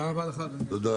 הישיבה ננעלה בשעה 12:33.